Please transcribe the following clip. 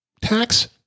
tax